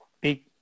Big